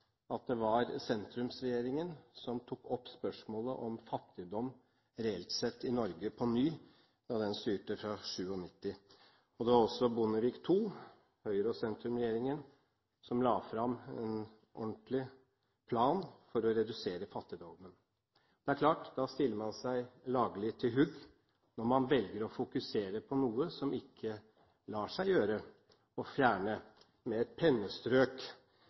at det var sentrumsregjeringen som tok opp spørsmålet om fattigdom reelt sett i Norge på ny, da den styrte fra 1997. Det var også Bondevik II, Høyre- og sentrumsregjeringen, som la fram en ordentlig plan for å redusere fattigdommen. Det er klart at man stiller seg lagelig til for hugg når man velger å fokusere på noe som ikke lar seg fjerne med et pennestrøk.